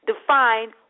define